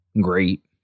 great